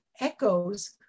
echoes